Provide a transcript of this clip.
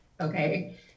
okay